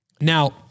Now